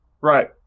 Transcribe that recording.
Right